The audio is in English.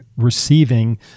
receiving